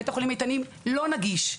בית החולים איתנים לא נגיש.